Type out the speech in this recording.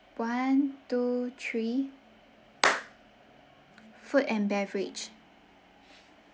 one two three food and beverage